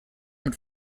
mit